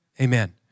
Amen